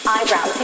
Eyebrow